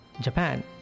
Japan